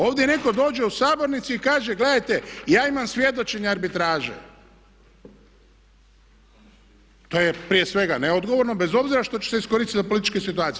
Ovdje netko dođe u sabornici i kaže gledajte ja imam svjedočenje arbitraže, to je prije svega neodgovorno bez obzira što će se iskoristiti za političke situacije.